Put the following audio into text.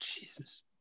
Jesus